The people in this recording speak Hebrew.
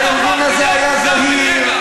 כי הארגון הזה היה זהיר,